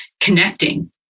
connecting